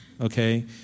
Okay